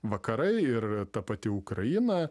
vakarai ir ta pati ukraina